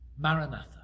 Maranatha